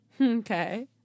Okay